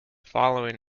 following